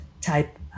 type